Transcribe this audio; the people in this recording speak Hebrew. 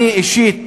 אישית